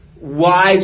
wise